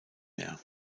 mehr